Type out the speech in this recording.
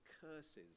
curses